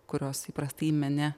kurios įprastai mene